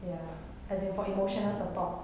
ya as in for emotional support